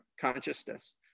consciousness